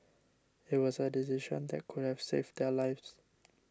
it was a decision that could have saved their lives